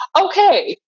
okay